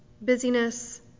busyness